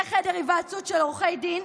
זה חדר היוועצות של עורכי דין,